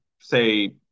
say